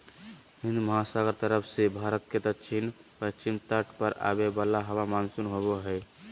हिन्दमहासागर तरफ से भारत के दक्षिण पश्चिम तट पर आवे वाला हवा मानसून होबा हइ